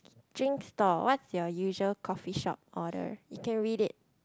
drink stall what's their usual coffee shop order you can read it